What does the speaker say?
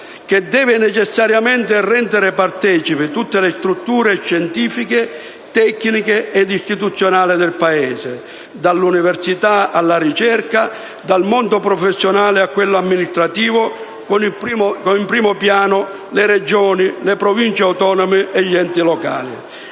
che deve necessariamente rendere partecipi tutte le strutture scientifiche, tecniche ed istituzionali del Paese: dall'università, alla ricerca, dal mondo professionale a quello amministrativo, con le Regioni, le Province autonome e gli enti locali